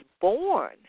born